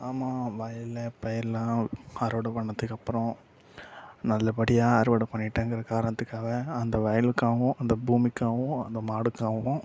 ஆமாம் வயலில் பயிர்லான் அறுவடை பண்ணதுக்கு அப்புறோம் நல்ல படியாக அறுவடை பண்ணிட்டேங்கிற காரணத்துக்காக அந்த வயலுக்காகவும் அந்த பூமிக்காகவும் அந்த மாடுக்காகவும்